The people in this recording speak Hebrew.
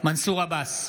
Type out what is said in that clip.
מנסור עבאס,